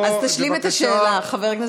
אז תשלים את השאלה, חבר הכנסת איימן עודה.